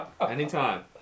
Anytime